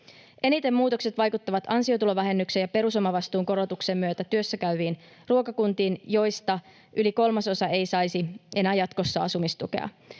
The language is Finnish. Eniten muutokset vaikuttavat ansiotulovähennyksen ja perusomavastuun korotuksen myötä työssäkäyviin ruokakuntiin, joista yli kolmasosa ei saisi enää jatkossa asumistukea.